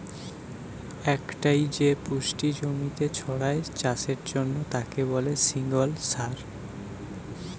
একটাই যে পুষ্টি জমিতে ছড়ায় চাষের জন্যে তাকে বলে সিঙ্গল সার